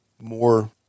more